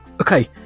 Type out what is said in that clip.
okay